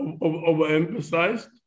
overemphasized